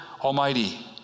Almighty